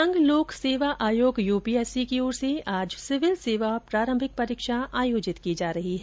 संघ लोक सेवा आयोग यूपीएससी की ओर से आज सिविल सेवा प्रारंभिक परीक्षा आयोजित की जा रही है